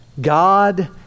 God